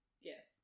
Yes